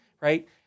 right